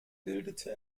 bildete